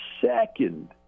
second